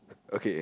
okay